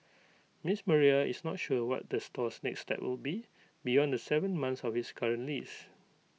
Ms Maria is not sure what the store's next step will be beyond the Seven months of its current lease